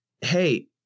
hey